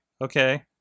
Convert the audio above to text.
okay